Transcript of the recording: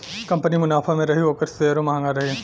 company मुनाफा मे रही ओकर सेअरो म्हंगा रही